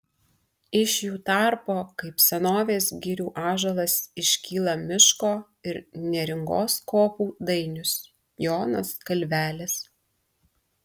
iš jų tarpo kaip senovės girių ąžuolas iškyla miško ir neringos kopų dainius jonas kalvelis